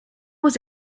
was